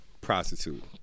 prostitute